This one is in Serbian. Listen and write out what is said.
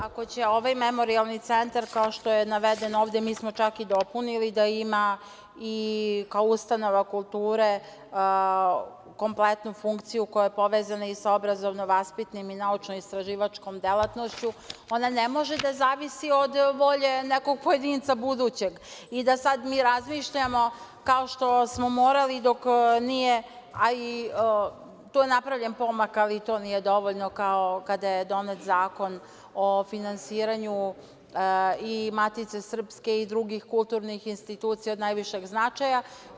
Ako će ovaj Memorijalni centar kao što je navedeno ovde, a mi smo čak i dopunili, da ima i kao ustanova kulture kompletnu funkciju koja je povezana i sa obrazovno-vaspitnom i naučno-istraživačkom delatnošću, ona ne može da zavisi od volje nekog pojedinca budućeg i da sada mi razmišljamo, kao što smo morali dok nije, ali tu je napravljen pomak, ali to nije dovoljno, kao kada je donet Zakon o finansiranju i Matice srpske i drugih kulturnih institucija od najvišeg značaja.